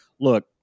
look